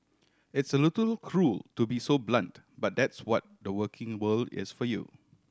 it's a little cruel to be so blunt but that's what the working world is for you